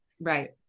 Right